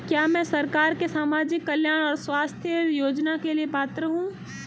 क्या मैं सरकार के सामाजिक कल्याण और स्वास्थ्य योजना के लिए पात्र हूं?